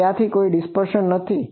તો ત્યાં કોઈ ડીસ્પર્સન નથી